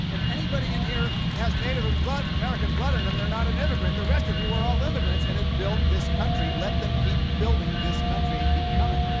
if anybody in here has native and american blood in them, they're not an immigrant. the rest of you are all immigrants, and it built this country. let them keep building this country and keep coming.